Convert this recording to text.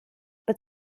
but